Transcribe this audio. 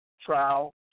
trial